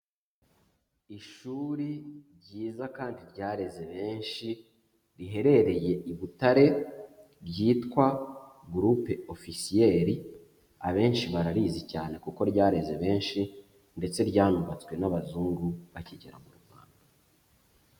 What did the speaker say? Ishuri ryiza kandi ryareze benshi riherereye i Butare ryitwa Groupe Officier, abenshi bararizi cyane kuko ryareze benshi, ndetse ryanubatswe n'abazungu bakigera mu Rwanda.